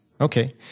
Okay